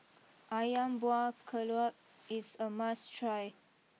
Ayam Buah Keluak is a must try